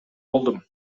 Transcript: болдум